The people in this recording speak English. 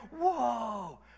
whoa